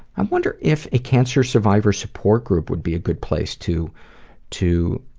i wonder if a cancer survivor support group would be a good place to to